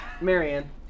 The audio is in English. Marianne